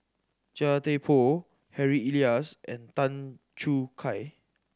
Chia Thye Poh Harry Elias and Tan Choo Kai